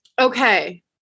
okay